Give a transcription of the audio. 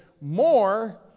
more